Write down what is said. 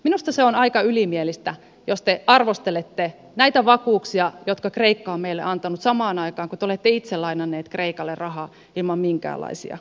minusta se on aika ylimielistä jos te arvostelette näitä vakuuksia jotka kreikka on meille antanut samaan aikaan kun te olette itse lainanneet kreikalle rahaa ilman minkäänlaisia vakuuksia